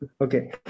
okay